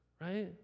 right